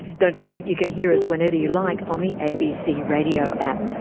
don't forget you can hear us whenever you like on the abc radio app,